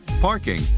parking